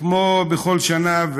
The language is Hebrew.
כמו בכל שנה,